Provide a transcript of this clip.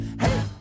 hey